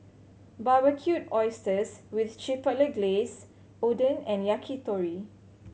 Barbecued Oysters with Chipotle Glaze Oden and Yakitori